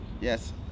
yes